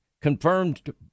confirmed